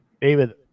David